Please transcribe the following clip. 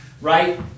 Right